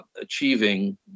achieving